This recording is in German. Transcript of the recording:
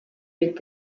mit